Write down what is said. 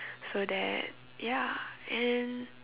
so that ya and